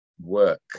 work